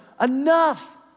enough